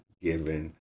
given